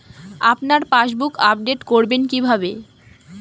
আপনার passbook update করবেন কিভাবে?